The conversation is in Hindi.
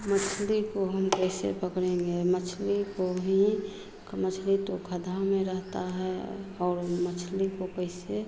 मछली को हम कैसे पकड़ेंगे मछली को भी मछली तो गड्ढा में रहता है और मछली को कैसे